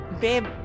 Babe